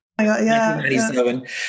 1997